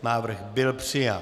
Návrh byl přijat.